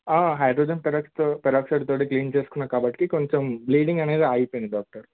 hydrogen peroxide తోటి clean చేసుకున్న కాబట్టి కొంచెం బ్లీడింగ్ అనేది ఆగిపోయింది డాక్టర్